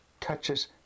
touches